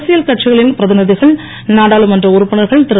அரசியல் கட்சிகளின் பிரதிநிதிகள் நாடாளுமன்ற உறுப்பினர்கள் திரு